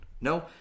No